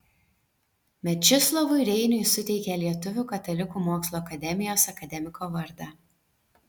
mečislovui reiniui suteikė lietuvių katalikų mokslo akademijos akademiko vardą